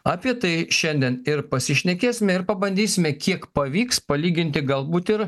apie tai šiandien ir pasišnekėsime ir pabandysime kiek pavyks palyginti galbūt ir